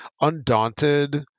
undaunted